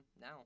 now